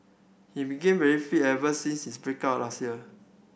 he became very fit ever since his break up last year